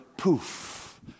Poof